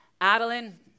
Adeline